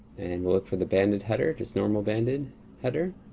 and we'll look for the banded header, just normal banded header.